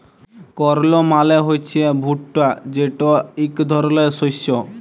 কর্ল মালে হছে ভুট্টা যেট ইক ধরলের শস্য